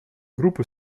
группы